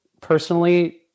personally